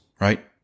right